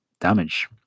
damage